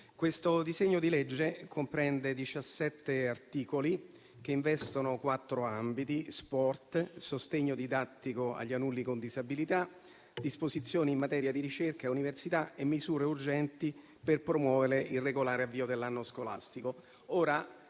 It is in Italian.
questo disegno di legge comprende 17 articoli che investono 4 ambiti: sport, sostegno didattico agli alunni con disabilità, disposizioni in materia di ricerca e università e misure urgenti per promuovere il regolare avvio dell'anno scolastico.